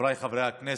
חבריי חברי הכנסת,